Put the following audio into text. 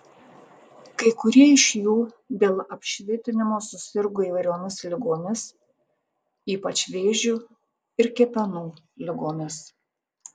kai kurie iš jų dėl apšvitinimo susirgo įvairiomis ligomis ypač vėžiu ir kepenų ligomis